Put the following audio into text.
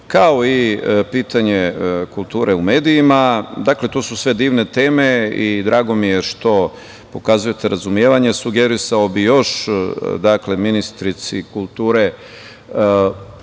kao i pitanje kulture u medijima. Dakle, to su sve divne teme i drago mi je što pokazujete razumevanje. Sugerisao bih još ministrici kulture, da